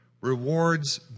Rewards